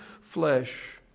flesh